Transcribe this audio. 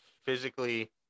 Physically